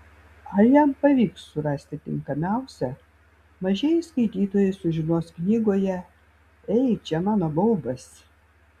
ar jam pavyks surasti tinkamiausią mažieji skaitytojai sužinos knygoje ei čia mano baubas